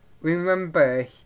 Remember